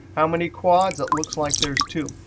how many quads? it looks like there's two.